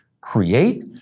create